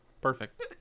Perfect